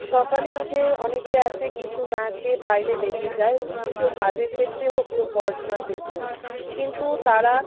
সকালে উঠে অনেকে আছে কিছু না খেয়ে বাইরে বেরিয়ে যায় কেউ কাজের ক্ষেত্রে হোক কেউ পড়াশোনার ক্ষেত্রে হোক কিন্তু তারা